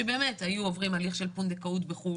שבאמת היו עוברים עליך של פונדקאות בחו"ל,